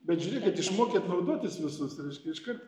bet žiūrėkit išmokėt naudotis visus reiškia iškart